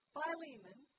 Philemon